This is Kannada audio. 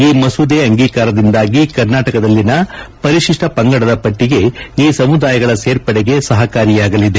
ಈ ಮಸೂದೆ ಅಂಗೀಕಾರದಿಂದಾಗಿ ಕರ್ನಾಟಕದಲ್ಲಿನ ಪರಿಶಿಷ್ಟ ಪಂಗಡದ ಪಟ್ಟಿಗೆ ಈ ಸಮುದಾಯಗಳ ಸೇರ್ಪಡೆಗೆ ಸಹಕಾರಿಯಾಗಲಿದೆ